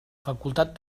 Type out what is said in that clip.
facultat